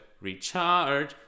recharge